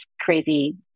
crazy